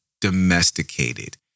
domesticated